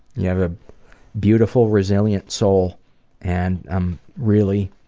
you have a beautiful resilient soul and i'm really